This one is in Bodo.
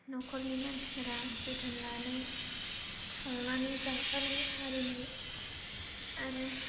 न'खरनि मानसिफोरा जोथोन लानाय संनानै जाहोनाय आरिनाय आरो